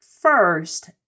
first